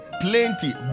plenty